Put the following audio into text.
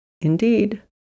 Indeed